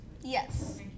Yes